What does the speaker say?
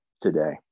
today